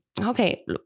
okay